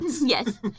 Yes